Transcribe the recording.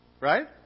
Right